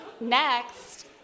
Next